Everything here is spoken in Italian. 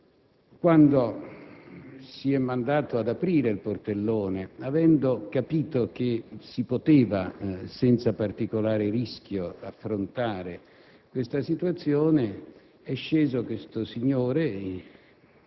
quando si è mandato ad aprire il portellone, avendo capito che si poteva, senza particolare rischio, affrontare questa situazione: è sceso questo signore,